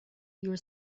your